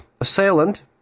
assailant